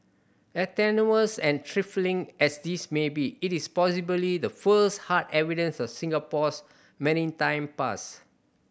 as tenuous and trifling as this may be it is possibly the first hard evidence of Singapore's maritime past